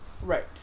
Right